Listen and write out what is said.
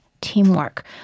teamwork